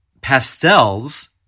pastels